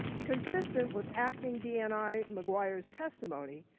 consistent with acting dni mcguire's testimony,